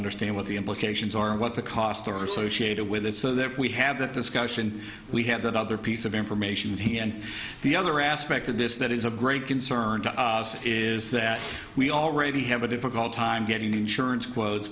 understand what the implications are and what the cost or associated with it so that if we have that discussion we had that other piece of information here and the other aspect of this that is of great concern to us is that we already have a difficult time getting insurance quotes